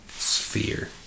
Sphere